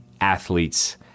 athletes